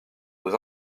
aux